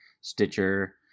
Stitcher